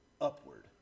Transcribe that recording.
upward